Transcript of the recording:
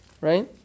right